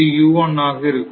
இது ஆக இருக்கும்